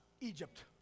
Egypt